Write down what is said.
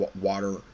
water